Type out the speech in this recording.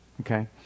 Okay